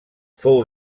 fou